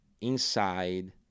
inside